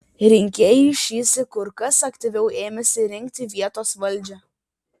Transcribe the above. rinkėjai šįsyk kur kas aktyviau ėmėsi rinkti vietos valdžią